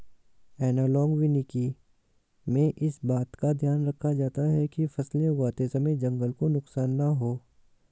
analogue वानिकी में इस बात का ध्यान रखा जाता है कि फसलें उगाते समय जंगल को नुकसान ना हो